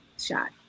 shot